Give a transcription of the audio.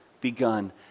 begun